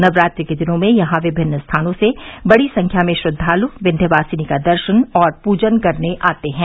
नवरात्रि के दिनों में यहां विभिन्न स्थानों से बड़ी संख्या में श्रद्वालु विन्ध्वासिनी का दर्शन और पूजन करने आते हैं